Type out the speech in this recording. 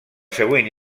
següent